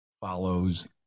follows